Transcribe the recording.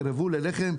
ירעבו ללחם,